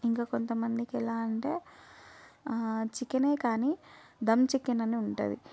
ఇంకా కొంత మందికి ఎలా అంటే చికెన్ ఏ కానీ దమ్ చికెన్ అని ఉంటుంది